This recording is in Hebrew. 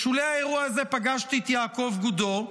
בשולי האירוע הזה פגשתי את יעקב גודו,